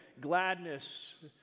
gladness